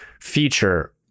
feature